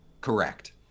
Correct